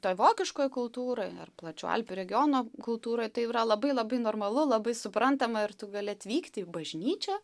toj vokiškoj kultūroj ar plačių alpių regiono kultūroj tai jau yra labai labai normalu labai suprantama ir tu gali atvykti į bažnyčią